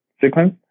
sequence